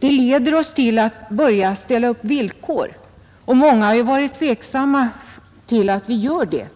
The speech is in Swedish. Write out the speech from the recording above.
Det leder oss till att börja ställa upp villkor, och många har ju ställt sig tveksamma till att vi gör det.